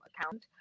account